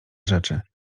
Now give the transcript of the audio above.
rzeczy